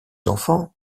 enfants